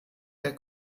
der